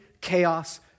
chaos